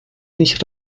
nicht